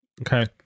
Okay